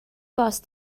bost